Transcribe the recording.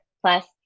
Plus